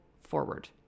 forward